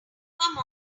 come